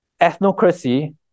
Ethnocracy